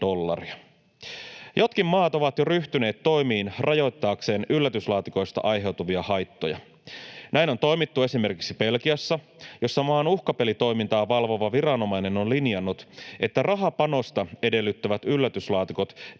Jotkin maat ovat jo ryhtyneet toimiin rajoittaakseen yllätyslaatikoista aiheutuvia haittoja. Näin on toimittu esimerkiksi Belgiassa, jossa maan uhkapelitoimintaa valvova viranomainen on linjannut, että rahapanosta edellyttävät yllätyslaatikot